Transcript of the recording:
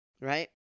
right